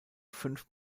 fünf